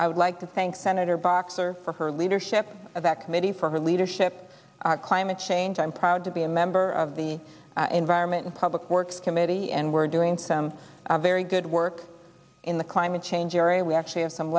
i would like to thank senator boxer for her leadership of that committee for her leadership climate change i'm proud to be a member of the environment and public works committee and we're doing some very good work in the climate change area we actually have some